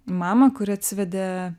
mamą kuri atsivedė